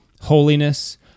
holiness